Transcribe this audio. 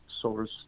source